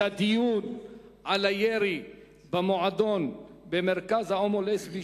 הדיון על הירי במועדון במרכז ההומו-לסבי,